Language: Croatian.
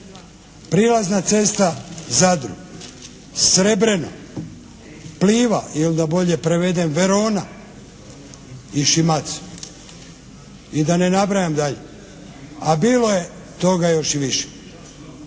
prilazna cesta Zadru, Srebreno, "Pliva" ili da bolje prevedem Verona i …/Govornik se ne razumije./… i da ne nabrajam dalje, a bilo je toga još i više.